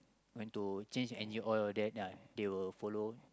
going to change engine oil that ya they will follow